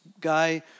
guy